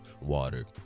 water